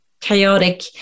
chaotic